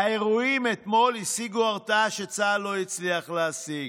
האירועים אתמול השיגו הרתעה שצה"ל לא הצליח להשיג.